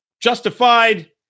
justified